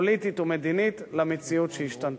פוליטית ומדינית למציאות שהשתנתה.